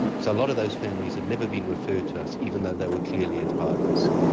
so a lot of those families had never been referred to us even though they were clearly at high risk.